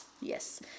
Yes